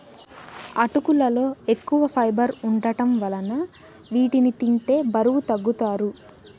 అటుకులలో ఎక్కువ ఫైబర్ వుండటం వలన వీటిని తింటే బరువు తగ్గుతారు